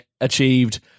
achieved